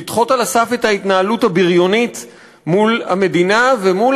לדחות על הסף את ההתנהלות הבריונית מול המדינה ומול